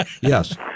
yes